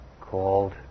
called